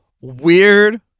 weird